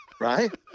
right